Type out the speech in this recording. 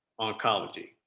oncology